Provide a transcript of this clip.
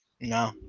No